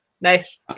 Nice